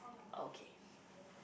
okay